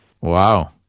Wow